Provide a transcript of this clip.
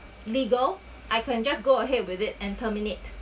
legal I can just go ahead with it and terminate